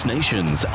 Nations